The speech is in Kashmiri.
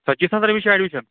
ژَتجی ساس رۄپیہِ چھا اَیٚڈمِیٖشَن